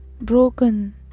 broken